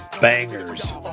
bangers